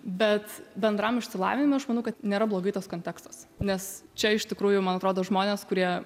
bet bendram išsilavinimui aš manau kad nėra blogai tas kontekstas nes čia iš tikrųjų man atrodo žmonės kurie